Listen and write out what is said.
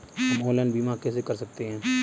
हम ऑनलाइन बीमा कैसे कर सकते हैं?